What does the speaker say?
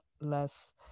less